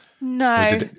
no